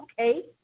okay